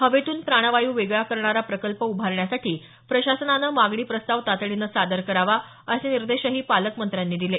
हवेतून प्राणवायू वेगळा करणारा प्रकल्प उभारण्यासाठी प्रशासनानं मागणी प्रस्ताव तातडीनं सादर करावा असे निर्देशही पालकमंत्र्यांनी दिले